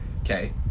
okay